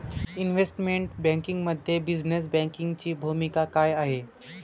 Investment बँकिंगमध्ये business बँकिंगची भूमिका काय आहे?